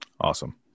Awesome